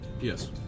Yes